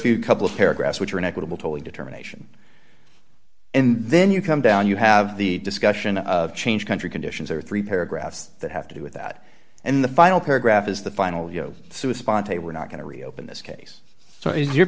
few couple of paragraphs which are inequitable tolly determination and then you come down you have the discussion of change country conditions or three paragraphs that have to do with that and the final paragraph is the final you know through sponte we're not going to reopen this case so it is your